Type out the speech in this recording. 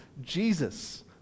Jesus